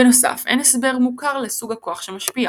בנוסף אין הסבר מוכר לסוג הכוח שמשפיע